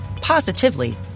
positively